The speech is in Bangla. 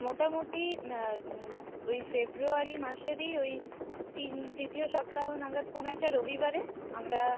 মোটামোটি ওই ফেব্রুয়ারি মাসেরই ওই তিন তৃতীয় সপ্তাহ নাগাদ কোনো একটা রবিবারে আমরা